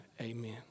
Amen